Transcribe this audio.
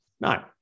No